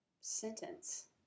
sentence